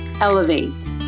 Elevate